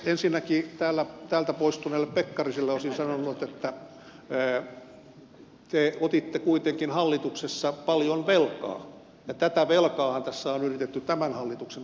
ensinnäkin täältä poistuneelle pekkariselle olisin sanonut että te otitte kuitenkin hallituksessa paljon velkaa ja tätä velkaahan tässä on yritetty tämän hallituksen aikana lyhentää